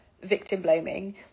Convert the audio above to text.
victim-blaming